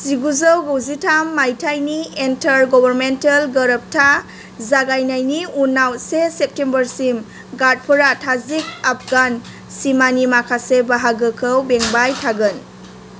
जिगुजौ गुजिथाम मायथाइनि इन्टार गबेर्नमेन्टेल गोरोबथा जागायनायनि उनाव से सेप्तेम्बरसिम गार्डफोरा ताजिक आफगान सिमानि माखासे बाहागोखौ बेंबाय थागोन